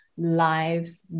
live